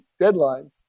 deadlines